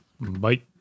Bye